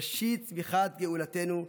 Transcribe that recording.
ראשית צמיחת גאולתנו.